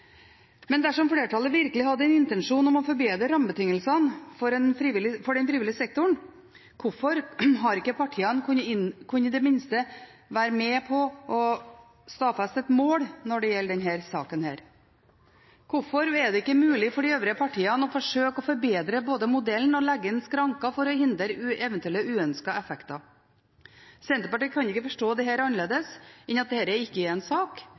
men dessverre står saken på stedet hvil. Men dersom flertallet virkelig hadde en intensjon om å forbedre rammebetingelsene for den frivillige sektoren, hvorfor har ikke partiene i det minste kunnet være med på å stadfeste et mål når det gjelder denne saken? Hvorfor er det ikke mulig for de øvrige partiene å forsøke både å forbedre modellen og å legge inn skranker for å hindre eventuelle uønskede effekter? Senterpartiet kan ikke forstå dette annerledes enn at dette ikke er en sak